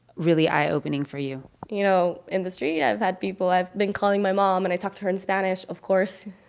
really eye-opening for you you know, in the street, i've had people i've been calling my mom, and i talked to her in spanish of course.